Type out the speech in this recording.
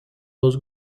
dos